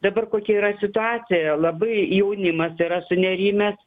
dabar kokia yra situacija labai jaunimas yra sunerimęs